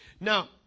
Now